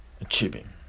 achieving